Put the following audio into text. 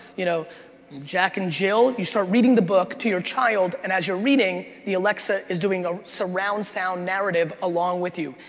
you know jack and jill, you start reading the book to your child and as you're reading, the alexa is doing a surround sound narrative along with you,